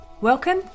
Welcome